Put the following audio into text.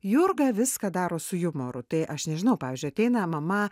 jurga viską daro su jumoru tai aš nežinau pavyzdžiui ateina mama